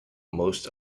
most